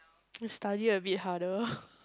need study a bit harder